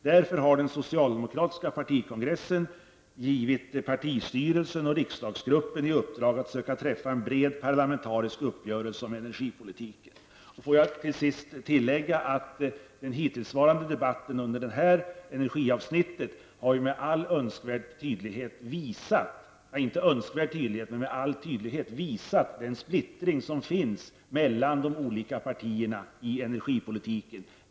Därför har den socialdemokratiska partikongressen givit partistyrelsen och riksdagsgruppen i uppdrag att söka träffa en bred parlamentarisk uppgörelse om energipolitiken. Jag vill till sist tillägga att den hittillsvarande debatten under energiavsnittet med all tydlighet har visat på den splittring som råder mellan de olika partierna i energipolitiken.